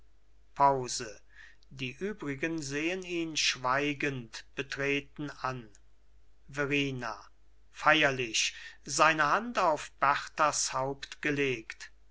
pause die übrigen sehen ihn schweigend betreten an verrina feierlicher seine hand auf